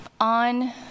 on